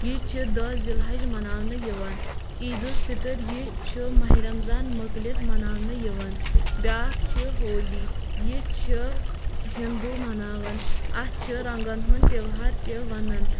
یہِ چھِ دہ ذِالحَج مَناونہٕ یِوان عیٖدالفطر یہِ چھُ ماہِ رمضان موٚکلِتھ مَناونہٕ یِوان بیٛاکھ چھِ ہولی یہِ چھِ ہِندو مَناوان اَتھ چھِ رنٛگَن ہُںٛد تہوار تہِ وَنان